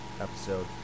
episode